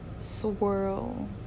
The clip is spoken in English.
swirl